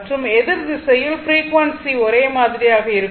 மற்றும் எதிர் திசையில் ஃப்ரீக்வன்சி ஒரே மாதிரியாக இருக்கும்